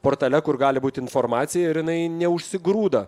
portale kur gali būt informacija ir jinai neužsigrūda